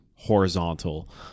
horizontal